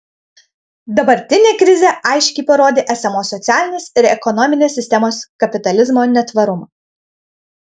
dabartinė krizė aiškiai parodė esamos socialinės ir ekonominės sistemos kapitalizmo netvarumą